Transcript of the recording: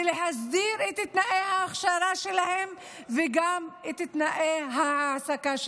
ושנסדיר את תנאי ההכשרה שלהן וגם את תנאי ההעסקה שלהן.